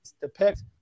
depict